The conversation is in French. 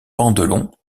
pandelon